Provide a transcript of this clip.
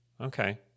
Okay